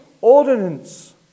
ordinance